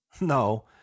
No